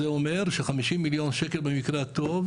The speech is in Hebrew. זה אומר ש-50 מיליון שקלים במקרה הטוב,